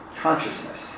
consciousness